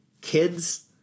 kids